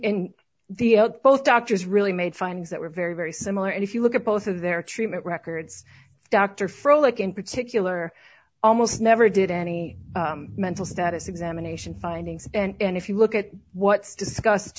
in the uk both doctors really made findings that were very very similar and if you look at both of their treatment records dr froehlich in particular almost never did any mental status examination findings and if you look at what's discussed